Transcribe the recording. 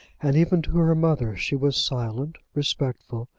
and even to her mother she was silent, respectful,